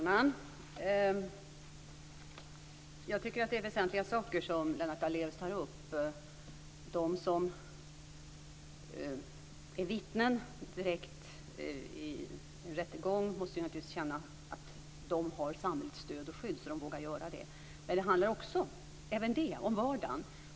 Fru talman! Jag tycker att det är väsentliga saker som Lennart Daléus tar upp. De som är vittnen direkt i en rättegång måste naturligtvis känna att de har samhällets stöd och skydd så att de vågar vittna. Men det handlar också om vardagen.